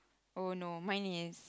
oh no mine is